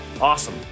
Awesome